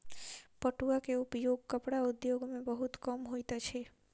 पटुआ के उपयोग कपड़ा उद्योग में बहुत होइत अछि